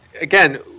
again